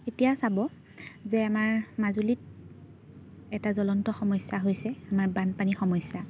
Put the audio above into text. এতিয়া চাব যে আমাৰ মাজুলীত এটা জ্বলন্ত সমস্যা হৈছে আমাৰ বানপানী সমস্যা